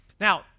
Now